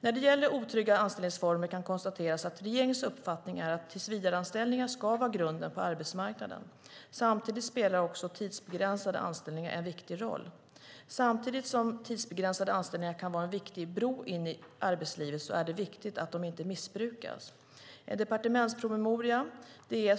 När det gäller otrygga anställningsformer kan konstateras att regeringens uppfattning är att tillsvidareanställningar ska vara grunden på arbetsmarknaden. Samtidigt spelar också tidsbegränsade anställningar en viktig roll. Samtidigt som tidsbegränsade anställningar kan vara en viktig bro in i arbetslivet är det viktigt att de inte missbrukas. En departementspromemoria med